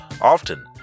Often